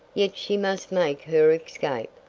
yet she must make her escape.